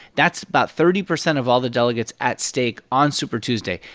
that's about thirty percent of all the delegates at stake on super tuesday.